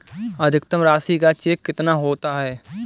अधिकतम राशि का चेक कितना होता है?